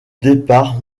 départ